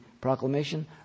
proclamation